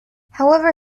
however